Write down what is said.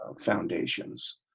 foundations